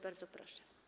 Bardzo proszę.